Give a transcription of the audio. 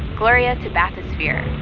gloria to bathysphere.